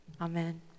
Amen